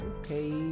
Okay